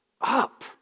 up